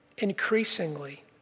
Increasingly